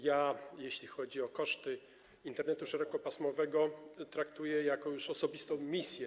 Jeśli chodzi o koszty Internetu szerokopasmowego, traktuję to już jako osobistą misję.